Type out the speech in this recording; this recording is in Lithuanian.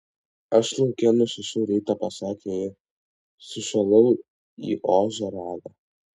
aš lauke nuo šešių ryto pasakė ji sušalau į ožio ragą